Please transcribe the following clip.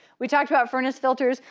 we talked about furnace filters.